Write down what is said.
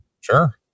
Sure